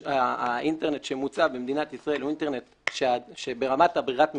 האינטרנט שמוצע במדינת ישראל הוא אינטרנט שברמת ברירת המחדל,